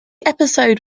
episode